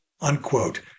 unquote